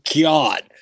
God